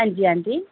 हां जी आंटी